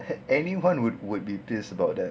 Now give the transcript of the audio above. had anyone would would be pissed about that